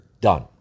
done